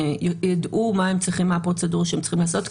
וידעו מה הפרוצדורה שהם צריכים לעשות?